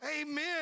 Amen